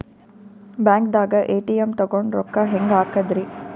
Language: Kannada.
ಬ್ಯಾಂಕ್ದಾಗ ಎ.ಟಿ.ಎಂ ತಗೊಂಡ್ ರೊಕ್ಕ ಹೆಂಗ್ ಹಾಕದ್ರಿ?